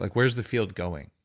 like where's the field going?